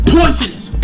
Poisonous